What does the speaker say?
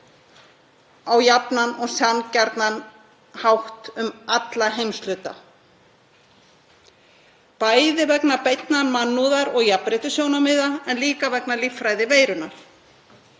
á jafnan og sanngjarnan hátt til allra heimshluta, bæði vegna beinna mannúðar- og jafnréttissjónarmiða en líka vegna líffræði veirunnar.